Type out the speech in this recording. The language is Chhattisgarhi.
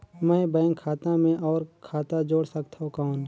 मैं बैंक खाता मे और खाता जोड़ सकथव कौन?